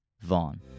Vaughn